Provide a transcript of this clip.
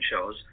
shows